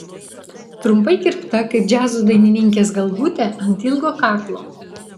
trumpai kirpta kaip džiazo dainininkės galvutė ant ilgo kaklo